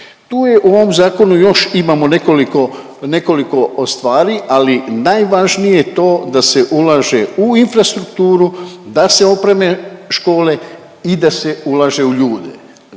Tu u ovom zakonu još imamo nekoliko, nekoliko stvari ali najvažnije je to da se ulaže u infrastrukturu, da se opreme škole i da se ulaže u ljude.